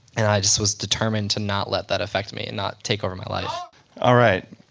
and i just was determined to not let that affect me and not take over my life alright.